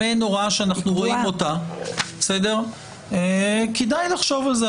למעין הוראה שאנחנו רואים, כדאי לחשוב על זה.